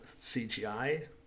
CGI